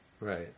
Right